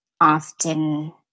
often